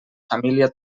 família